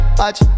watch